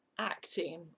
acting